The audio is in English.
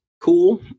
cool